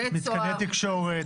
מתקני תקשורת,